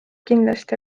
kindlasti